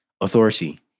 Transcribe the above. authority